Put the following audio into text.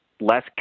less